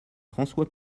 françois